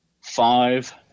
five